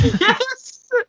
Yes